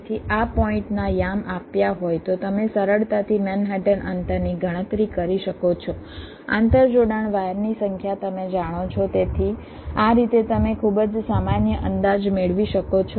તેથી આ પોઈન્ટના યામ આપ્યા હોય તો તમે સરળતાથી મેનહટન અંતરની ગણતરી કરી શકો છો આંતરજોડાણ વાયરની સંખ્યા તમે જાણો છો તેથી આ રીતે તમે ખૂબ જ સામાન્ય અંદાજ મેળવી શકો છો